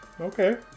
Okay